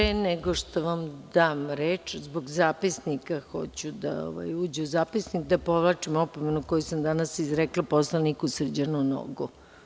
Pre nego što vam dam reč, zbog zapisnika, hoću da uđe u zapisnik, da povlačim opomenu koju sam danas izrekla poslaniku Srđanu Nogu.